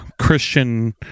christian